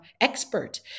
expert